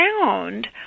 found